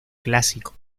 clásico